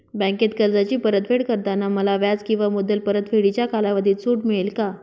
बँकेत कर्जाची परतफेड करताना मला व्याज किंवा मुद्दल परतफेडीच्या कालावधीत सूट मिळेल का?